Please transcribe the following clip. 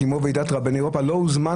כמו ועידת רבני אירופה,